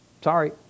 Sorry